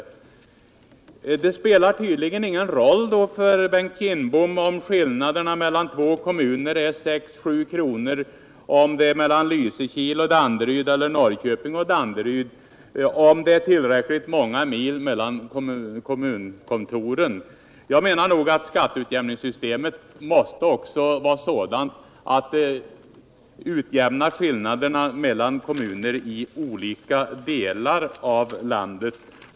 Men för Bengt Kindbom spelar det tydligen ingen roll om skatteskillnaden mellan två kommuner är 6-7 kr., inte heller om det gäller Lysekil och Danderyd eller Norrköping och Danderyd, bara det är tillräckligt många mil mellan kommunkontoren. Jag tycker det är viktigt att skatteutjämningssystemet utjämnar skillnaderna mellan kommuner i olika delar av landet.